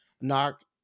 knock